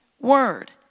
word